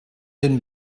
den